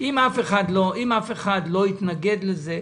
אם אף אחד לא יתנגד לזה,